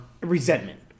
resentment